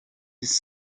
this